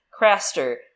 Craster